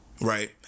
Right